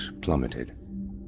plummeted